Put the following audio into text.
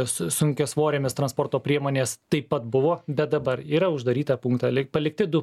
su sunkiasvorėmis transporto priemonės taip pat buvo bet dabar yra uždaryta punkte palikti du